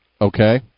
Okay